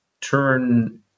turn